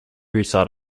recite